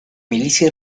milicia